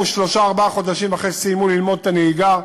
שלושה-ארבעה חודשים אחרי שסיימו ללמוד נהיגה,